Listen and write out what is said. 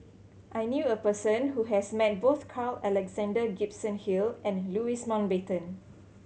I knew a person who has met both Carl Alexander Gibson Hill and Louis Mountbatten